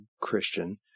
Christian